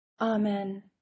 Amen